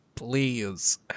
Please